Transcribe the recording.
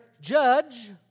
judge